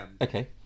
Okay